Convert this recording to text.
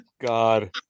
God